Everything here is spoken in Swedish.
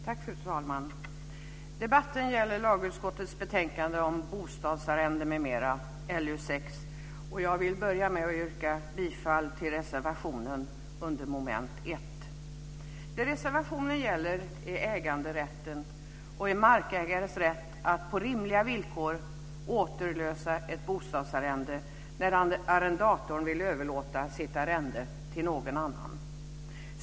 Fru talman! Debatten gäller lagutskottets betänkande LU6 om bostadsarrende m.m., och jag vill börja med att yrka bifall till reservationen under mom. 1. Reservationen gäller äganderätten och en markägares rätt att på rimliga villkor återlösa ett bostadsarrende när arrendatorn vill överlåta sitt arrende till någon annan.